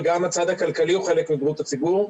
וגם הצד הכלכלי הוא חלק מבריאות הציבור.